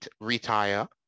retire